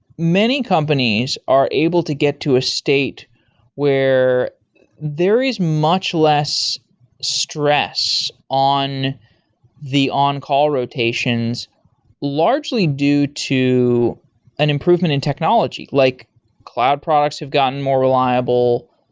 many companies are able to get to a state where there is much less stress on the on-call rotations largely due to an improvement in technology, like cloud products have gotten more reliable.